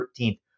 13th